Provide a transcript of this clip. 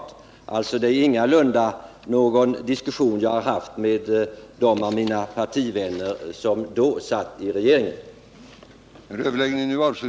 — Det är alltså ingalunda någon diskussion som jag Nr 52 har haft med mina partivänner som då satt i regeringen. Tisdagen den